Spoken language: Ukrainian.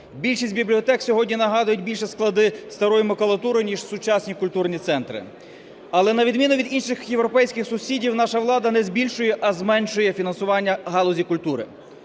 Більшість бібліотек сьогодні нагадують більше склади старої макулатури, ніж сучасні культурні центри. Але на відміну від інших європейських сусідів наша влада не збільшує, а зменшує фінансування галузі культури.